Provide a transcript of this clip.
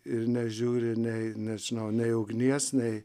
ir nežiūri nei nežinau nei ugnies nei